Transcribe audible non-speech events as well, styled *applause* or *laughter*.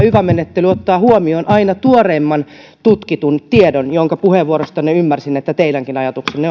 *unintelligible* yva menettely ottaa huomioon aina tuoreimman tutkitun tiedon kun puheenvuorostanne ymmärsin että tämä on teidänkin ajatuksenne *unintelligible*